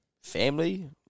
family